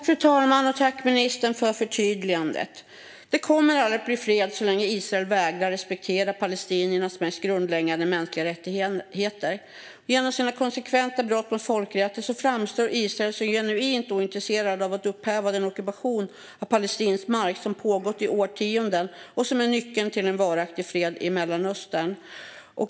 Fru talman! Tack, ministern, för förtydligandet! Det kommer aldrig att bli fred så länge Israel vägrar att respektera palestiniernas mest grundläggande mänskliga rättigheter. Genom sina konsekventa brott mot folkrätten framstår Israel som genuint ointresserat av att upphäva den ockupation av palestinsk mark som pågått i årtionden och som är nyckeln till en varaktig fred i Mellanöstern.